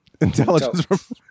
Intelligence